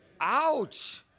Ouch